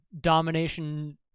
domination